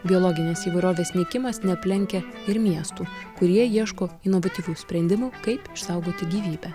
biologinės įvairovės nykimas neaplenkia ir miestų kurie ieško inovatyvių sprendimų kaip išsaugoti gyvybę